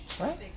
right